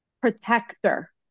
protector